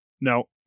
no